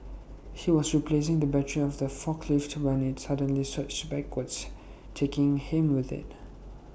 he was replacing the battery of the forklift when IT suddenly surged backwards taking him with IT